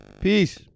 Peace